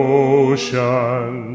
ocean